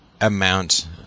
amount